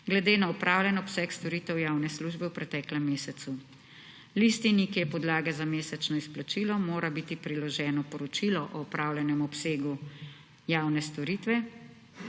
glede na opravljen obseg storitev javne službe v preteklem mesecu. Listini, ki je podlaga za mesečno izplačilo, mora biti priloženo poročilo o opravljenem obsegu javne storitve,